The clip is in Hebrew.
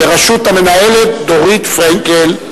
בראשות המנהלת דורית פרנקל.